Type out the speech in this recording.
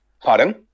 pardon